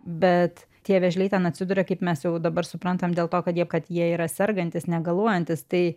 bet tie vėžliai ten atsiduria kaip mes jau dabar suprantam dėl to kad jie kad jie yra sergantys negaluojantys tai